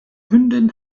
hündin